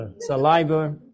saliva